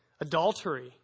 adultery